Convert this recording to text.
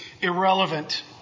irrelevant